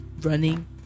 running